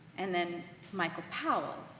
and then michael powell,